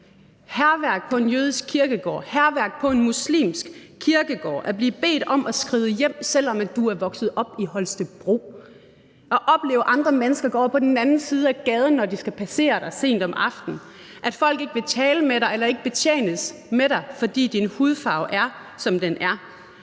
hærværk på en jødisk kirkegård, hærværk på en muslimsk kirkegård, at blive bedt om at skride hjem, selv om du er vokset op i Holstebro, at opleve, at andre mennesker går over på den anden side af gaden, når de skal passere dig sent om aftenen, at folk ikke vil tale med dig eller ikke betjenes af dig, fordi din hudfarve er, som den er,